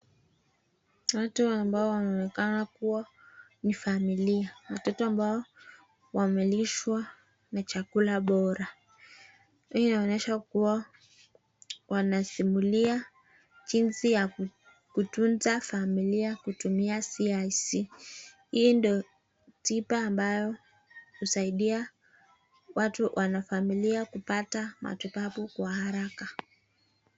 Watu ambao wanaonekana kuwa ni familia. Watu ambao wamelishwa na chakula bora hii inaonyesha kuwa wanashuhudia jinsi ya kufunza familia kutumia CIC.Hii ndio tiba ambayo husaidia watu na familia kupata matibabu kwa haraka.